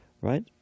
Right